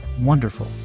Wonderful